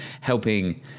helping